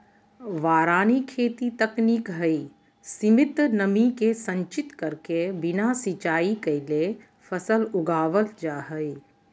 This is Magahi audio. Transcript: वारानी खेती तकनीक हई, सीमित नमी के संचित करके बिना सिंचाई कैले फसल उगावल जा हई